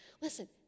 Listen